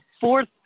fourth